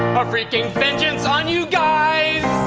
of wreaking vengeance on you guys.